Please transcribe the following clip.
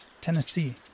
Tennessee